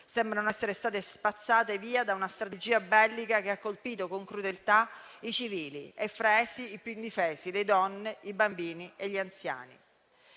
sembrano essere state spazzate via da una strategia bellica che ha colpito con crudeltà i civili e, fra essi, i più indifesi: le donne, i bambini e gli anziani.